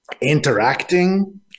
interacting